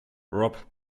rob